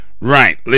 Right